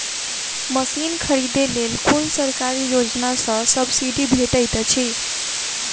Machine खरीदे लेल कुन सरकारी योजना सऽ सब्सिडी भेटैत अछि?